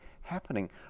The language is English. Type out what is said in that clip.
happening